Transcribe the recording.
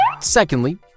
Secondly